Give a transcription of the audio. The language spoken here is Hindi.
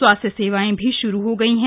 स्वास्थ्य सेवाएं भी श्रू हो गई हैं